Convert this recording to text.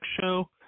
show